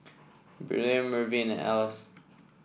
Briley Mervin and Alyce